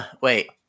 Wait